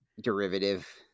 derivative